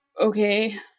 Okay